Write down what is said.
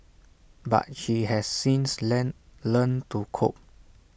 but she has since lend learnt to cope